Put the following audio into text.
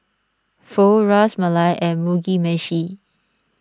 Pho Ras Malai and Mugi Meshi